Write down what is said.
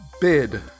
Bid